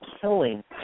killing